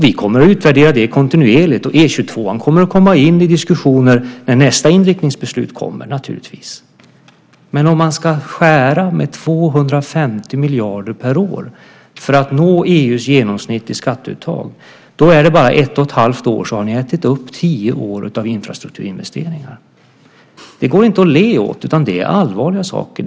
Vi kommer att utvärdera det kontinuerligt, och E 22:an kommer naturligtvis att komma in i diskussionen när nästa inriktningsbeslut kommer. Men om ni ska skära med 250 miljarder per år för att nå EU:s genomsnittliga skatteuttag har ni på bara ett och ett halvt år ätit upp tio år av infrastrukturinvesteringar. Det är inget att le åt; det är allvarliga saker.